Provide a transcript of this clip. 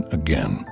again